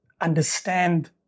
understand